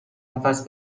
نفس